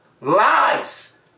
lies